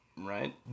right